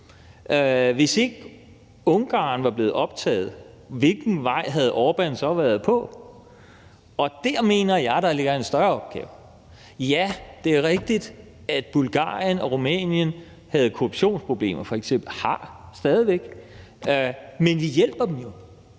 Hvis ikke Ungarn var blevet optaget, hvilken vej havde Orbán så været på? Og der mener jeg, at der ligger en større opgave. Ja, det er rigtigt, at Bulgarien og Rumænien havde f.eks. korruptionsproblemer og stadig væk har det, men vi hjælper dem jo.